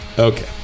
okay